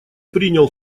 принял